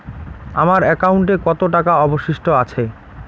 আমার একাউন্টে কত টাকা অবশিষ্ট আছে?